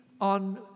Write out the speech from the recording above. on